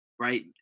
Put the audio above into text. right